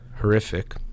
horrific